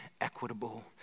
equitable